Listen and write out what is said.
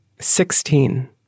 Sixteen